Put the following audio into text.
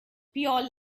pure